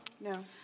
No